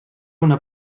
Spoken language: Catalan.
una